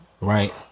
Right